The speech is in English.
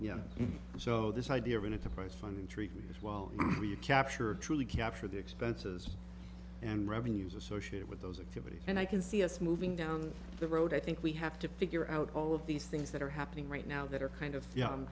know so this idea of an enterprise funding treaty yes well capture truly capture the expenses and revenues associated with those activities and i can see us moving down the road i think we have to figure out all of these things that are happening right now that are kind of